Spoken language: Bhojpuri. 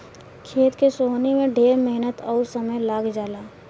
खेत के सोहनी में ढेर मेहनत अउर समय लाग जला